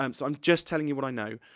um so i'm just telling you what i know.